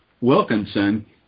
Wilkinson